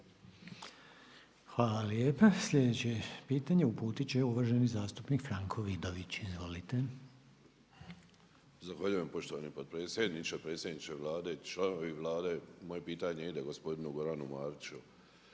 Hvala lijepa. Sljedeće pitanje uputit će uvaženi zastupnik Franko Vidović. Izvolite. **Vidović, Franko (SDP)** Zahvaljujem poštovani potpredsjedniče. Predsjedniče Vlade, članovi Vlade. Moje pitanje ide gospodinu Goranu Mariću,